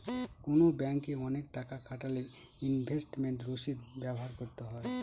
কোনো ব্যাঙ্কে অনেক টাকা খাটালে ইনভেস্টমেন্ট রসিদ ব্যবহার করতে হয়